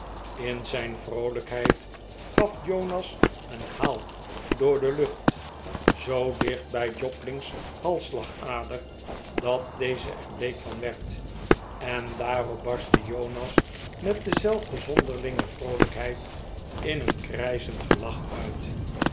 in zijn vroolijkheid gaf jonas een haal door de lucht zoo dicht bij jobling's halsslagader dat deze er bleek van werd en daarop barstte jonas met dezehde zonderlinge vroolijkheid in een krijschend gelach uit